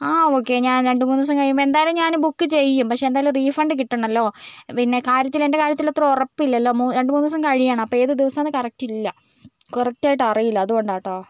ആ ഒക്കേ ഞാൻ രണ്ടുമൂന്നു ദിവസം കഴിയുമ്പോൾ എന്തായാലും ഞാൻ ബുക്ക് ചെയ്യും പക്ഷേ എന്തായാലും റീഫണ്ട് കിട്ടണല്ലോ പിന്നെ കാര്യത്തിൽ എൻറ്റെ കാര്യത്തിൽ അത്ര ഉറപ്പ് ഇല്ലല്ലോ മു രണ്ടു മൂന്നു ദിവസം കഴിയണം അപ്പോൾ ഏത് ദിവസമാന്നു കറക്റ്റില്ലാ കറക്റ്റ് ആയിട്ടറിയില്ല അതുകൊണ്ടാട്ടോ